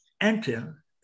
enter